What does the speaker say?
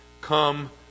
Come